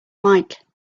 mike